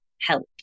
help